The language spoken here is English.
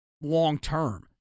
long-term